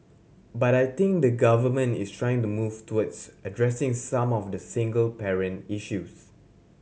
but I think the Government is trying to move towards addressing some of the single parent issues